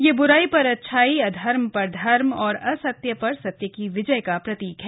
यह बुराई पर अच्छाई अधर्म पर धर्म और असत्य पर सत्य की विजय का प्रतीक है